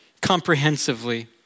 comprehensively